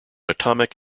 atomic